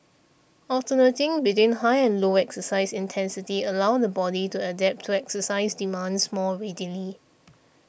alternating between high and low exercise intensity allows the body to adapt to exercise demands more readily